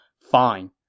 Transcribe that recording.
fine